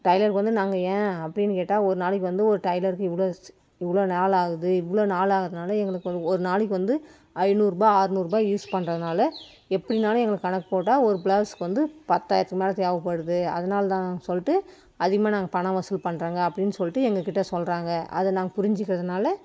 டைலருக்கு வந்து நாங்கள் ஏன் அப்படின்னு கேட்டால் ஒரு நாளைக்கு வந்து ஒரு டைலருக்கு இவ்வளோ இவ்வளோ நாள் ஆகுது இவ்வளோ நாள் ஆகிறதுனால எங்களுக்கு ஒரு ஒரு நாளைக்கு வந்து ஐந்நூறுரூபா அறநூறுரூபா யூஸ் பண்ணுறதுனால எப்படின்னாலும் எங்களுக்கு கணக்கு போட்டால் ஒரு ப்ளவுஸுக்கு வந்து பத்தாயிரத்துக்கு மேல் தேவைப்படுது அதனால் தான் சொல்லிட்டு அதிகமாக நாங்கள் பணம் வசூல் பண்ணுறோங்க அப்படின்னு சொல்லிட்டு எங்கக்கிட்ட சொல்கிறாங்க அதை நாங்கள் புரிஞ்சுக்கறதுனால